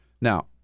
Now